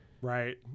Right